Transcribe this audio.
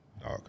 Okay